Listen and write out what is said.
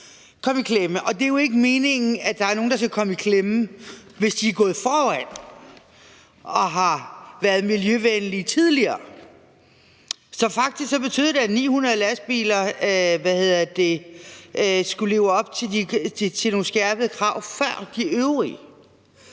Det er jo ikke meningen, at der er nogen, der skal komme i klemme, hvis de er gået foran og har været miljøvenlige tidligere. Så faktisk betød det, at 900 lastbiler skulle leve op til nogle skærpede krav før de øvrige.